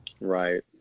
Right